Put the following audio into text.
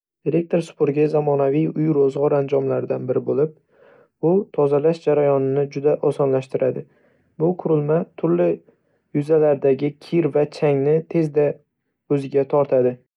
Elektr supurgi zamonaviy uy-ro'zg'or anjomlaridan biri bo'lib, u tozalash jarayonini juda osonlashtiradi. Bu qurilma turli yuzalardagi kir va changni tezda o'ziga tortadi.